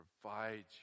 provides